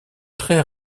très